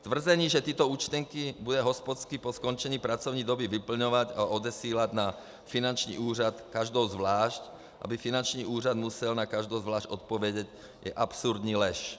Tvrzení, že tyto účtenky bude hospodský po skončení pracovní doby vyplňovat a odesílat na finanční úřad každou zvlášť, aby finanční úřad musel na každou zvlášť odpovědět, je absurdní lež.